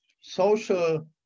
social